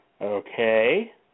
Okay